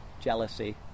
jealousy